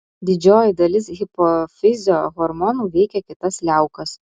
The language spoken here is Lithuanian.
didžioji dalis hipofizio hormonų veikia kitas liaukas